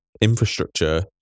infrastructure